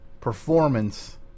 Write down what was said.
performance